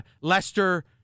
Lester